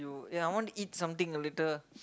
ya I want to eat something later